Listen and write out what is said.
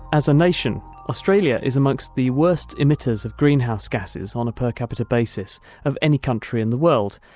as a nation australia is amongst the worst emitters of greenhouse gases on a per capita basis of any country in the world.